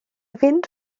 fynd